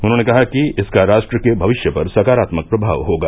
उन्होंने कहा कि इसका राष्ट्र के भविष्य पर सकारात्मक प्रभाव होगा